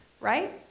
right